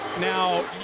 now,